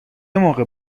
موقع